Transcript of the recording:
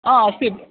ह अस्ति